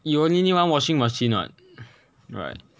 you only need one washing machine what right